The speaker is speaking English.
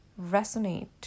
resonate